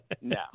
No